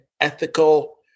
ethical